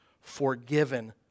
forgiven